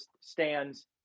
stands